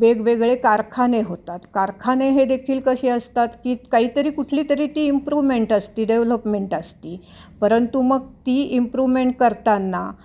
वेगवेगळे कारखाने होतात कारखाने हे देखील कसे असतात की काहीतरी कुठली तरी ती इम्प्रूव्हमेंट असते डेव्हलपमेंट असते परंतु मग ती इम्प्रुव्हमेंट करताना